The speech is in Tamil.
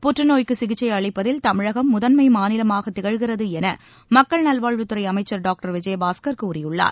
புற்றநோய்க்கு சிகிச்சை அளிப்பதில் தமிழகம் முதன்மை மாநிலமாகத் திகழ்கிறது என மக்கள் நல்வாழ்வுத்துறை அமைச்சர் டாக்டர் விஜயபாஸ்கர் கூறியுள்ளார்